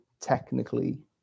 technically